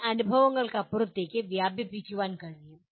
മുൻ അനുഭവങ്ങൾക്കപ്പുറത്തേക്ക് വ്യാപിപ്പിക്കാൻ കഴിയും